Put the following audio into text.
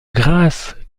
grâce